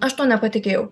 aš tuo nepatikėjau